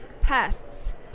pests